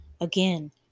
Again